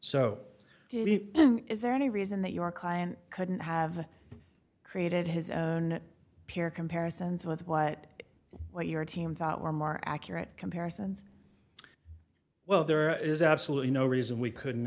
so is there any reason that your client couldn't have created his own pair comparisons with what what your team thought were more accurate comparisons well there is absolutely no reason we couldn't